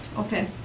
okay,